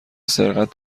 سرقت